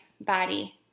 body